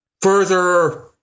further